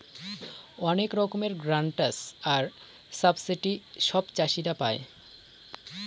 অনেক রকমের গ্রান্টস আর সাবসিডি সব চাষীরা পাই